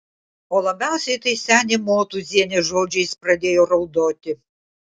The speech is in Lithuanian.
o labiausiai tai senė motūzienė žodžiais pradėjo raudoti